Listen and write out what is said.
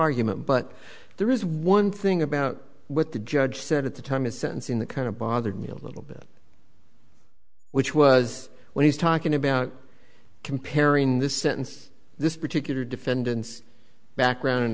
argument but there is one thing about what the judge said at the time his sentencing the kind of bothered me a little bit which was when he's talking about comparing this sentence this particular defendant's background